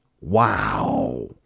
Wow